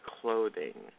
clothing